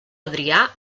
adrià